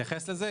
אתייחס לזה,